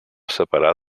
separar